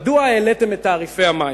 מדוע העליתם את תעריפי המים?